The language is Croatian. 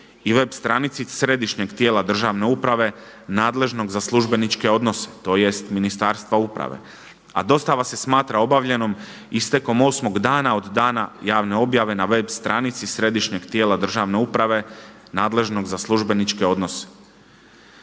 i web stranici Središnjeg tijela državne uprave nadležnog za službeničke odnose, tj. Ministarstva uprave. A dostava se smatra obavljenom istekom osmog dana od dana javne objave na web stranici Središnjeg tijela državne uprave nadležnog za službeničke odnose.